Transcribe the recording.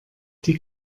die